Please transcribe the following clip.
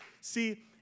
See